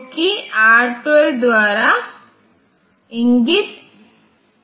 जबकि एआरएम के अधिकांश निर्देश तीन ऑपरेंड निर्देश है यह एक 4 ऑपरेंड निर्देश है जहां R0 R1 R2 R3 है